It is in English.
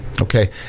Okay